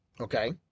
okay